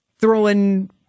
throwing